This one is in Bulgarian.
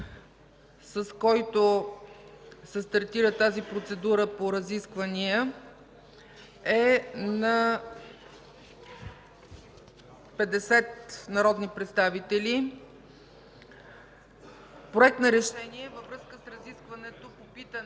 с който се стартира тази процедура по разисквания, е на 50 народни представители. „Проект! РЕШЕНИЕ във връзка с разискванe по питане